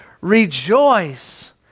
Rejoice